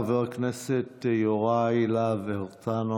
חבר הכנסת יוראי להב הרצנו,